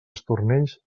estornells